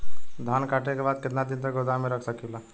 धान कांटेके बाद कितना दिन तक गोदाम में रख सकीला?